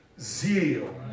zeal